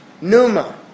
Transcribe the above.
Numa